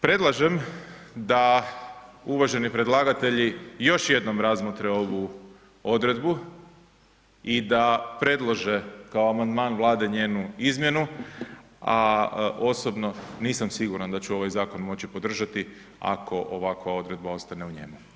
Predlažem, da uvaženi predlagatelji još jednom razmotre ovu odredbu i da predlože kao amandman Vlade njenu izmjenu, a osobno nisam siguran da ću ovaj zakon moći podržati ako ovako odredba ostane u njemu.